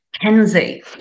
Kenzie